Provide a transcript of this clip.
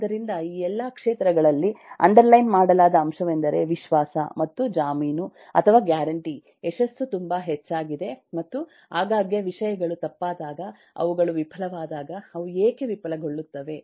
ಆದ್ದರಿಂದ ಈ ಎಲ್ಲಾ ಕ್ಷೇತ್ರಗಳಲ್ಲಿ ಅಂಡರ್ಲೈನ್ ಮಾಡಲಾದ ಅಂಶವೆಂದರೆ ವಿಶ್ವಾಸ ಅಥವಾ ಜಾಮೀನು ಅಥವಾ ಗ್ಯಾರಂಟಿ ಯಶಸ್ಸು ತುಂಬಾ ಹೆಚ್ಚಾಗಿದೆ ಮತ್ತು ಆಗಾಗ್ಗೆ ವಿಷಯಗಳು ತಪ್ಪಾದಾಗ ಅವುಗಳು ವಿಫಲವಾದಾಗ ಅವು ಏಕೆ ವಿಫಲಗೊಳ್ಳುತ್ತವೆ